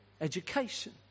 education